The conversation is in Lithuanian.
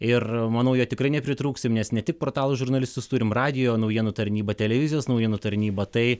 ir manau jo tikrai nepritrūksim nes ne tik portalų žurnalistus turim radijo naujienų tarnyba televizijos naujienų tarnyba tai